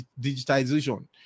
digitization